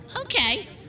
Okay